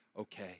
okay